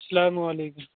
السّلام علیکم